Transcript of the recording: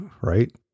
right